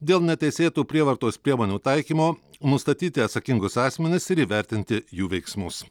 dėl neteisėtų prievartos priemonių taikymo nustatyti atsakingus asmenis ir įvertinti jų veiksmus